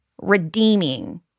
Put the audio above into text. redeeming